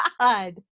God